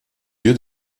lieu